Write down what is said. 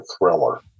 thriller